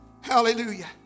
Hallelujah